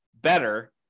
better